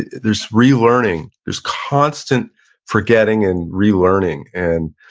there's relearning, there's constant forgetting and relearning and